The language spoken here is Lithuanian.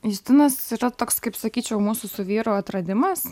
justinas yra toks kaip sakyčiau mūsų su vyru atradimas